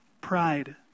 Pride